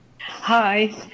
Hi